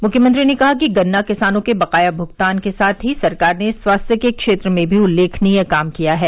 मुख्यमंत्री ने कहा कि गन्ना किसानों के बकाया भुगतान के साथ ही सरकार ने स्वास्थ्य के क्षेत्र में भी उल्लेखनीय काम किया है